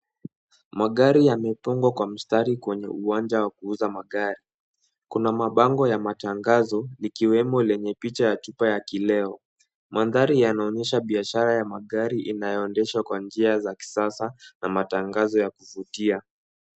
Magari yamepangwa kwa mstari kwenye uwanja wa kuuza magari. Kuna mabango ya matangazo ikiwemo lenye picha ya chupa ya kileo. Mandhari yanaonyesha biashara ya magari inayoendeshwa kwa njia za kisasa na matangazo ya kuvutia.